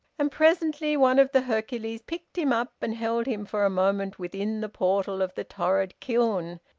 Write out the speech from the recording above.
and presently one of the hercules's picked him up, and held him for a moment within the portal of the torrid kiln,